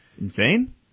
insane